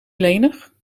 lenig